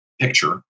picture